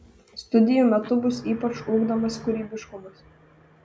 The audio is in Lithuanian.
studijų metu bus ypač ugdomas kūrybiškumas